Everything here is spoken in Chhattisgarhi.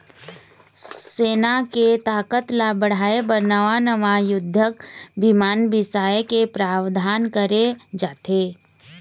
सेना के ताकत ल बढ़ाय बर नवा नवा युद्धक बिमान बिसाए के प्रावधान करे जाथे